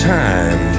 time